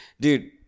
Dude